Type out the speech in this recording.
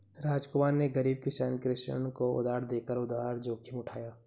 रामकुमार ने गरीब किसान कृष्ण को उधार देकर उधार जोखिम उठाया